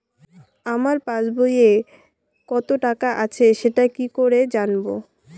আমার পাসবইয়ে কত টাকা আছে সেটা কি করে জানবো?